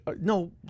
No